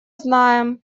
знаем